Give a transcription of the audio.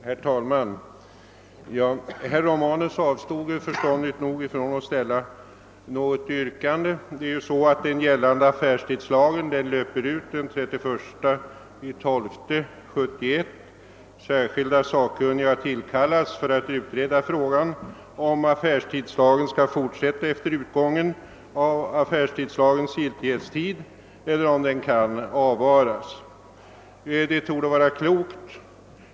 Herr talman! Herr Romanus avstod förståndigt nog från att ställa något yrkande. Den gällande affärstidslagen utlöper den 31/12 1971. Särskilda sakkunniga har tillkallats för att utreda frågan om huruvida affärstidslagen skall fortsätta att gälla efter utgången av sin nuvarande giltighetstid eller om lagen helt kan avvaras.